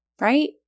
right